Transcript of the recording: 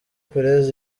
peres